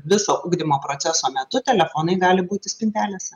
viso ugdymo proceso metu telefonai gali būti spintelėse